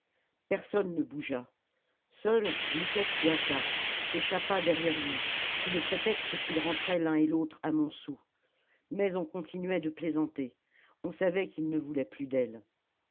personne ne bougea seule mouquette se hâta s'échappa derrière lui sous le prétexte qu'ils rentraient l'un et l'autre à montsou mais on continuait de plaisanter on savait qu'il ne voulait plus d'elle